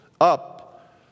Up